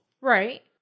Right